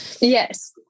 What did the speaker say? yes